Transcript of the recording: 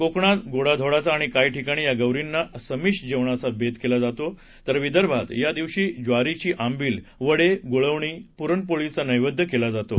कोकणात गोडा धोडाचा आणि काही ठिकाणी या गौरींना समिष जेवणाचा बेत केला जातो तर विदर्भात या दिवशी ज्वारीची आंबिल वडे गुळवणी पुरणपोळीचा नैवेद्य केला जातो